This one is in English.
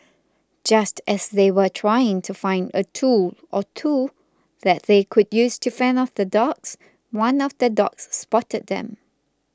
just as they were trying to find a tool or two that they could use to fend off the dogs one of the dogs spotted them